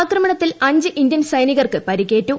ആക്രമണത്തിൽ അഞ്ച് ഇന്ത്യൻ സൈനികർക്ക് പരിക്കേറ്റു